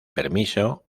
permiso